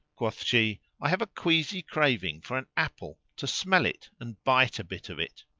quoth she, i have a queasy craving for an apple, to smell it and bite a bit of it.